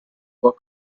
were